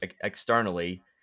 externally